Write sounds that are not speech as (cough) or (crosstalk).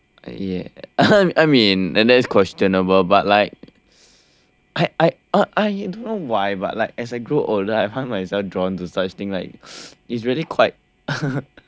ya I mean and that's questionable but like I I I I don't know why but like as I grew older I find myself drawn to such thing like it's really quite (laughs) I don't know